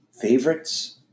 favorites